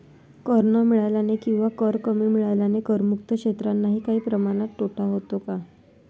कर न मिळाल्याने किंवा कर कमी मिळाल्याने करमुक्त क्षेत्रांनाही काही प्रमाणात तोटा होतो का?